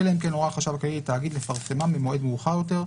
אלא אם כן הורה החשב הכללי לתאגיד לפרסמם במועד מאוחר יותר,